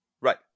right